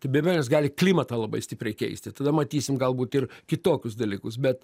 tai be abejonės gali klimatą labai stipriai keisti tada matysim galbūt ir kitokius dalykus bet